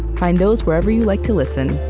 find those wherever you like to listen,